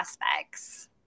prospects